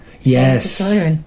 Yes